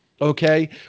okay